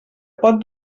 pot